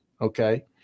okay